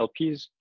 LPs